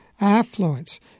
affluence